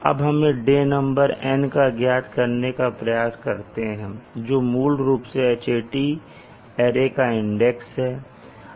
अब हम डे नंबर ज्ञात करने का प्रयास करते हैं जो मूल रूप से Hat अरे का इंडेक्स है